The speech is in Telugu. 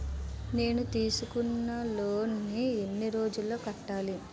నేను తీసుకున్న లోన్ నీ ఎన్ని రోజుల్లో కట్టాలి?